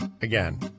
Again